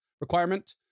requirement